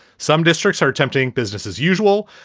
some districts are attempting business as usual.